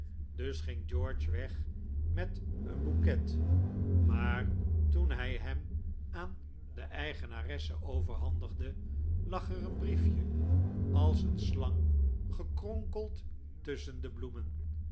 dus ging george weg met den bouquet maar toen hij hem aan de eigenaresse overhandigde lag er een brief je als een slang gekronkeld tusschen de bloemen